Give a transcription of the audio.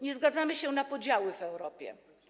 Nie zgadzamy się na podziały w Europie.